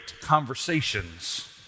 conversations